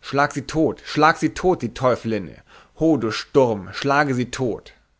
schlag sie tot schlag sie tot die teufelinne ho du sturm schlage sie tot